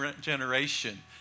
generation